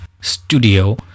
studio